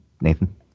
Nathan